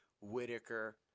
Whitaker